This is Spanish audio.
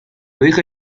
dije